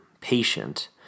patient